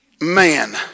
Man